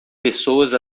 pessoas